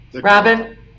Robin